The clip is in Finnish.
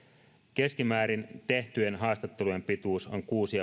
tehtyjen haastattelujen pituus on keskimäärin kuusi